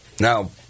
Now